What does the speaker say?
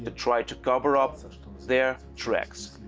to try to cover up their tracks.